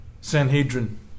Sanhedrin